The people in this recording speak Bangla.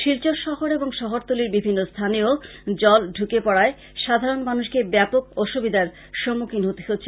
শিলচর শহর ও শহরতলীর বিভিন্ন স্থানে ও জল ঢুকে পড়ায় সাধারন মানুষকে ব্যাপক অসুবিধার সম্মুখীন হতে হচ্ছে